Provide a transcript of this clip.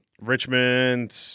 Richmond